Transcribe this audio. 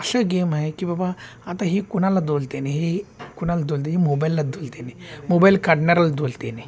अशी गेम आहे की बाबा आता ही कुणाला दोष देणे नाही कुणाला दोष देणे ही मोबाईलला दोश देते नाही मोबाईल काढनाऱ्याला दोष देणे